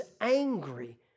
angry